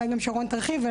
אולי גם שרון תרחיב.